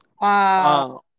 Wow